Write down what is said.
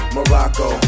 Morocco